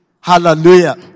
Hallelujah